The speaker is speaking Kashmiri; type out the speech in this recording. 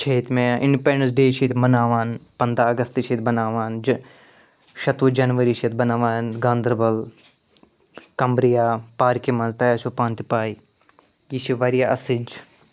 چھِ ییٚتہِ مےٚ اِنڈِپٮ۪نٛڈَنٕس ڈیٚے چھِ ییٚتہِ مناوان پَنٛداہ اگست چھِ ییٚتہِ بناوان جہ شَتوُہ جنؤری چھِ ییٚتہِ بناوان گانٛدَربَل کمرِیا پارکہِ منٛز تۄہہِ آسٮ۪وٕ پانہٕ تہِ پے یہِ چھِ واریاہ اَسٕج